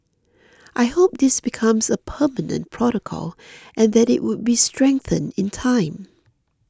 I hope this becomes a permanent protocol and that it would be strengthened in time